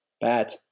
bad